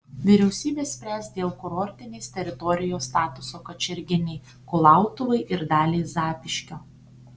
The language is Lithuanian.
vyriausybė spręs dėl kurortinės teritorijos statuso kačerginei kulautuvai ir daliai zapyškio